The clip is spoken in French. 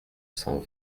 cent